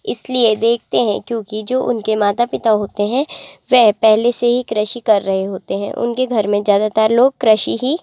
इसलिए देखते हैं क्योंकि जो उनके माता पिता होते हैं वह पहले से ही कृषि कर रहे होते हैं उनके घर में ज़्यादातर लोग कृषि ही